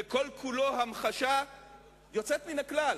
וכל-כולו המחשה יוצאת מן הכלל,